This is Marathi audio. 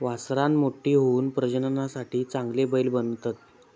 वासरां मोठी होऊन प्रजननासाठी चांगले बैल बनतत